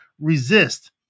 resist